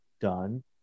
done